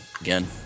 again